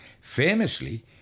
famously